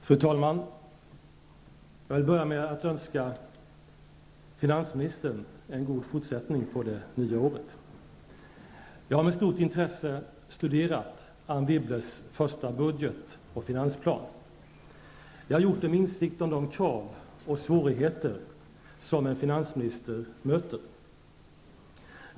Fru talman! Jag vill börja med att önska finansministern en god fortsättning på det nya året. Jag har med stort intresse studerat Anne Wibbles första budget och finansplan. Jag har gjort det med insikt om de krav och svårigheter som en finansminister möter.